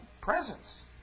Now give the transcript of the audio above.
presence